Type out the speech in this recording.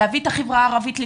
להביא את החברה הערבית לכאן.